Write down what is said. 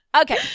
Okay